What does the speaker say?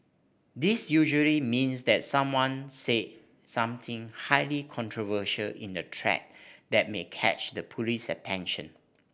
this usually means that someone said something highly controversial in the thread that may catch the police attention